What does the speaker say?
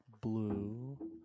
Blue